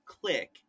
click